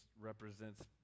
represents